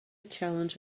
challenge